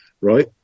right